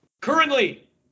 Currently